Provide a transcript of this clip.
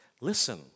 Listen